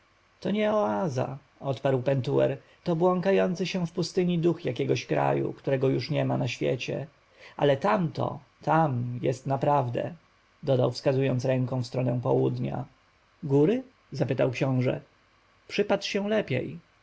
nie oaza odparł pentuer to błąkający się w pustyni duch jakiegoś kraju którego już niema na świecie ale tamto tam jest naprawdę dodał wskazując ręką w stronę południa góry zapytał książę przypatrz się lepiej